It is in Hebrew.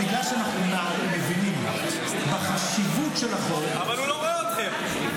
בגלל שאנחנו מבינים את החשיבות של החוק --- אבל הוא לא רואה אתכם.